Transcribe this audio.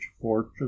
fortune